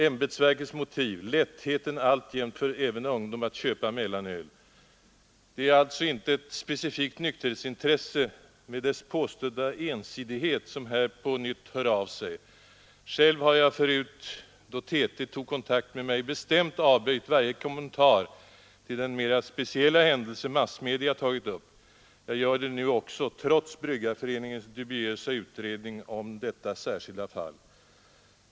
Ämbetsverkets motiv är lättheten alltjämt även för ungdom att köpa mellanöl med en rad tråkiga händelser av allvarlig art som konsekvens. Det är alltså inte ett specifikt nykterhetsintresse med dess påstådda ensidighet som här på nytt hör av sig. Själv har jag förut, då TT tog kontakt med mig, bestämt avböjt varje kommentar till den mera speciella händelse massmedia tagit upp. Jag gör det nu också trots Bryggareföreningens dubiösa utredning om detta särskilda fall.